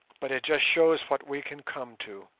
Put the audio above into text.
but it just shows what we can come to.